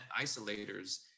isolators